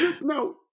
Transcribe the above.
No